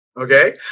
okay